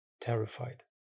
Terrified